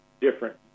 different